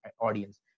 audience